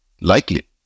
likely